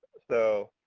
so,